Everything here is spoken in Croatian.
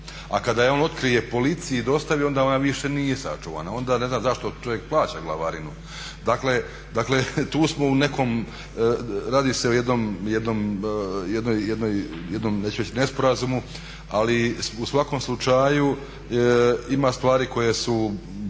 A kada je on otkrije policiji i dostavi onda ona više nije sačuvana, onda ne znam zašto čovjek plaća glavarinu. Dakle, tu smo u nekom radi se o jednoj neću reći nesporazumu ali u svakom slučaju ima stvari koje su